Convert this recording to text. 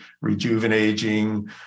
rejuvenating